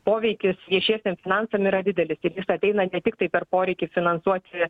poveikis viešiesiem finansam yra didelis ir jis ateina ne tiktai per poreikį finansuoti